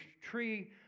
tree